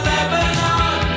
Lebanon